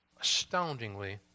astoundingly